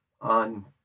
on